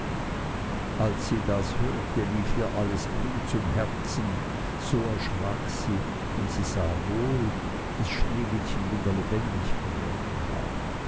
als sie das hörte lief ihr alles blut zum herzen so erschrak sie denn sie sah wohl daß sneewittchen wieder lebendig geworden war